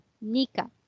Nika